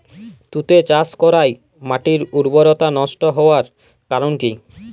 তুতে চাষ করাই মাটির উর্বরতা নষ্ট হওয়ার কারণ কি?